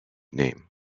name